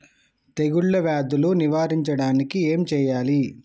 తెగుళ్ళ వ్యాధులు నివారించడానికి ఏం చేయాలి?